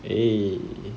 eh